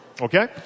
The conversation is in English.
okay